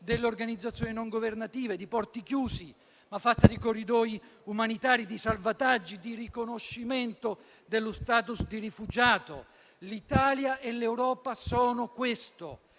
delle organizzazioni non governative, di porti chiusi, ma di corridoi umanitari, di salvataggi, di riconoscimento dello *status* di rifugiato. L'Italia e l'Europa sono questo